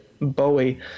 Bowie